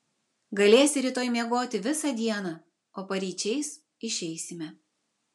galėsi rytoj miegoti visą dieną o paryčiais išeisime